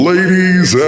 Ladies